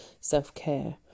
self-care